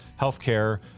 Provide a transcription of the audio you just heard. healthcare